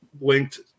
linked